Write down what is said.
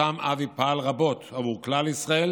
שם אבי פעל רבות עבור כלל ישראל